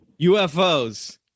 UFOs